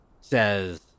says